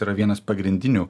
yra vienas pagrindinių